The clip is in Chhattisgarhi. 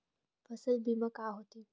फसल बीमा का होथे?